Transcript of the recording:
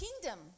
kingdom